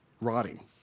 rotting